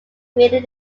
creating